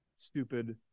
stupid